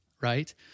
right